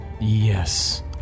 yes